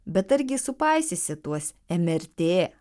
bet argi supaisysi tuos mrt